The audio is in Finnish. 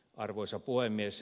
arvoisa puhemies